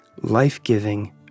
life-giving